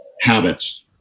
habits